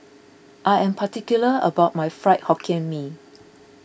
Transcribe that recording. I am particular about my Fried Hokkien Mee